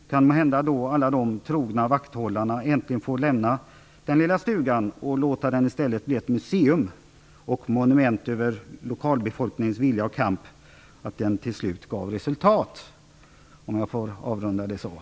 Då kan måhända alla de trogna vakthållarna äntligen få lämna den lilla stugan och i stället låta den bli ett museum och ett monument över lokalbefolkningens vilja och kamp som till slut gav resultat, om denna avrundning tillåts.